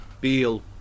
Beal